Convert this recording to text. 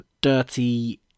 dirty